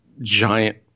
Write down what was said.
giant